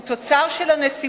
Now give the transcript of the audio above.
הוא תוצר של הנסיבות,